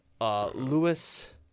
Lewis